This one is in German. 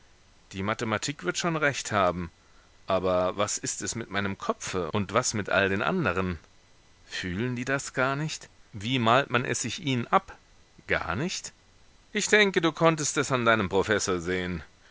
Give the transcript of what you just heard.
die mathematik wird schon recht haben aber was ist es mit meinem kopfe und was mit all den anderen fühlen die das gar nicht wie malt es sich in ihnen ab gar nicht ich denke du konntest es an deinem professor sehen